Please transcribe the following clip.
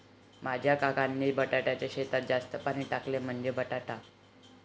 माझ्या काकांनी बटाट्याच्या शेतात जास्त पाणी टाकले, म्हणजे बटाटा